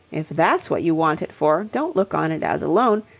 if that's what you want it for, don't look on it as a loan,